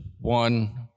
one